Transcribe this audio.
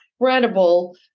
incredible